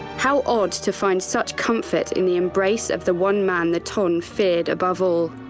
how odd to find such comfort in the embrace of the one man the ton feared above all.